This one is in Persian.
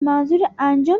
منظورانجام